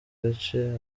gace